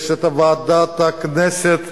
יש ועדת הכנסת,